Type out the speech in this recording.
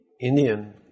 Indian